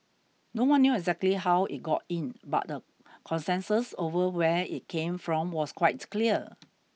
no one knew exactly how it got in but the consensus over where it came from was quite clear